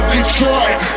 Detroit